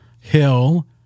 Hill